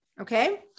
okay